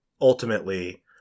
Ultimately